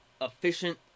efficient